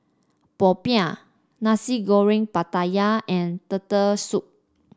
popiah Nasi Goreng Pattaya and Turtle Soup